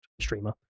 streamer